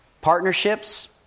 Partnerships